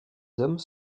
hommes